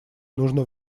нужно